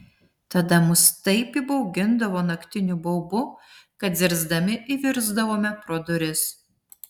tada mus taip įbaugindavo naktiniu baubu kad zirzdami įvirsdavome pro duris